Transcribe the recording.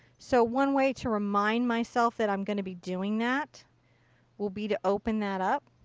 so one way to remind myself that i'm going to be doing that will be to open that up.